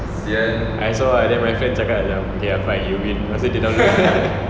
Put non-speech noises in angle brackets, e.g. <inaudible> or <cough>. is aw ah then my friend cakap macam okay ah fine you win pastu kita orang <laughs>